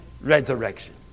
Resurrection